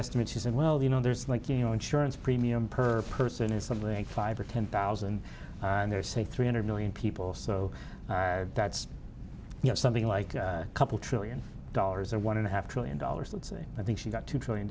estimate she said well you know there's like you know insurance premium per person is something five or ten thousand and they're say three hundred million people so that's you know something like a couple trillion dollars or one and a half trillion dollars let's say i think she got t